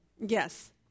Yes